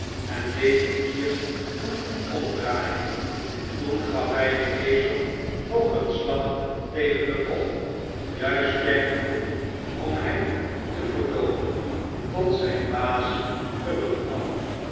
en deed het dier toen omdraaien toen gaf hij den ezel nog een slag tegen den kop juist sterk genoeg om hem te verdooven tot zijn baas terugkwam